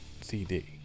CD